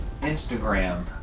Instagram